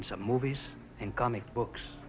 him some movies in comic books